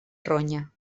ronya